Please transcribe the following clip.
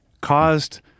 caused